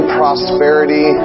prosperity